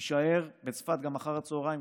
יישאר בצפת גם אחר הצוהריים,